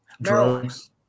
Drugs